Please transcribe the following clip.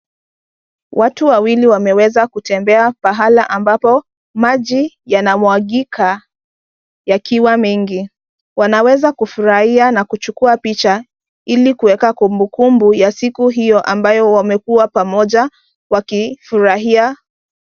Watu wawili wameweza kutembea pahala ambapo maji yanamwagika yakiwa mengi. Wanaweza kufurahia na kuchukua picha ili kuweka kumbukumbu ya siku hiyo ambayo wamekuwa pamoja wakifurahia.